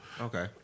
Okay